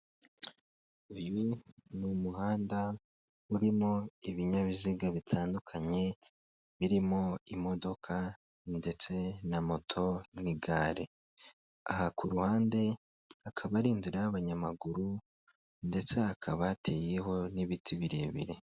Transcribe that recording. Uyu ni umuhanda urimo ibinyabiziga bitandukanye, birimo imodoka ndetse na moto n'igare, aha ku ruhande hakaba ari inzira y'abanyamaguru ndetse hakaba hateyeho n'ibiti birebire.